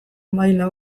maila